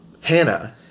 Hannah